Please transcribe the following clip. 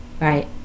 Right